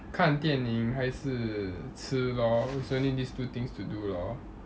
看电影还是吃 lor is only these two things to do lor